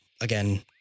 again